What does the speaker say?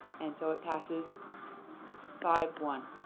and so it passes five one.